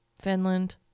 Finland